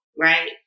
Right